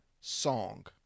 song